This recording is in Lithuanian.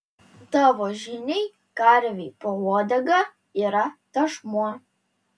tavo žiniai karvei po uodega yra tešmuo